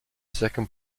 second